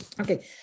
Okay